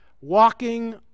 walking